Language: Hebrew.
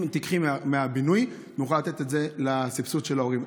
אם תיקחי מהבינוי נוכל לתת את זה לסבסוד של ההורים.